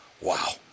wow